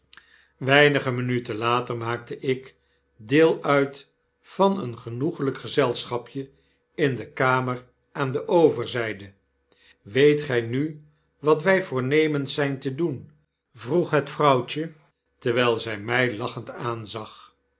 zak te steken citroenen hadt weinige minuten van een genoeglijk aan de overzijde weet gij nu wat wij voornemens zijn te doen vroeg het vrouwtje terwijl zij mij lachend aanzag